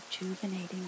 rejuvenating